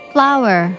Flower